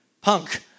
punk